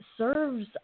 serves